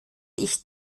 ich